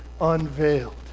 unveiled